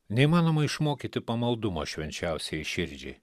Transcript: neįmanoma išmokyti pamaldumo švenčiausiajai širdžiai